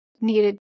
needed